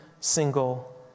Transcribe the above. single